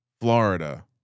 Florida